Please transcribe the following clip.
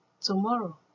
tomorrow